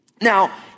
Now